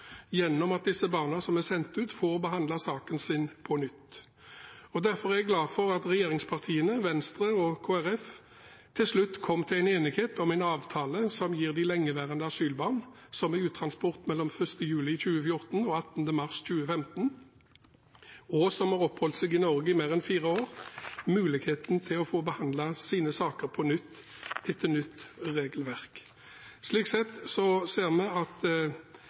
at disse barna som er sendt ut, får behandlet saken sin på nytt. Derfor er jeg glad for at regjeringspartiene, Venstre og Kristelig Folkeparti til slutt kom til en enighet om en avtale som gir de lengeværende asylbarna som er uttransportert mellom 1. juli 2014 og 18. mars 2015 og som har oppholdt seg i Norge mer enn fire år, muligheten til å få behandlet sin sak på nytt etter nytt regelverk. Slik sett ser